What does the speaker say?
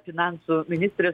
finansų ministrė